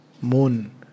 Moon